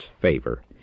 favor